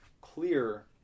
clear